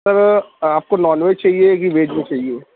سر آپ کو non veg چاہیے کہ ویج میں چاہیے